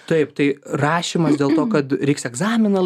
taip tai rašymas dėl to kad reiks egzaminą